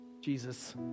Jesus